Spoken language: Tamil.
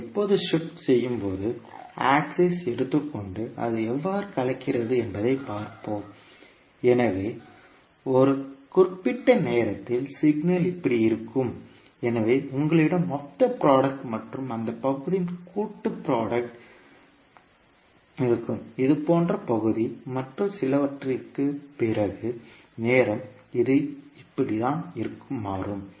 நீங்கள் எப்போது ஷிப்ட் செய்யும்போது ஆக்சிஸ் எடுத்துக்கொண்டு அது எவ்வாறு கலக்கிறது என்பதைப் பார்ப்போம் எனவே ஒரு குறிப்பிட்ட நேரத்தில் சிக்னல் இப்படி இருக்கும் எனவே உங்களிடம் மொத்த புரோடக்ட் மற்றும் அந்த பகுதியின் கூட்டுபுரோடக்ட் இருக்கும் இது போன்ற பகுதி மற்றும் சிலவற்றிற்குப் பிறகு நேரம் இது இப்படி மாறும்